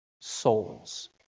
souls